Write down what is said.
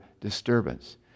disturbance